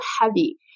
heavy